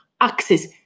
access